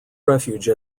refuge